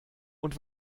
und